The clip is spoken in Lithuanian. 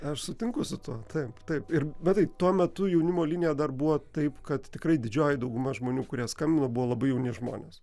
aš sutinku su tuo taip taip ir matai tuo metu jaunimo linija dar buvo taip kad tikrai didžioji dauguma žmonių kurie skambino buvo labai jauni žmonės